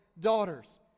daughters